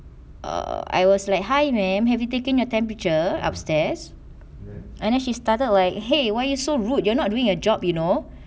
err I was like hi ma'am have you taken your temperature upstairs and then she started like !hey! why you so rude you're not doing your job you know